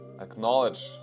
acknowledge